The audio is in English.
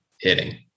hitting